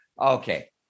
okay